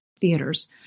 theaters